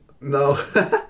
No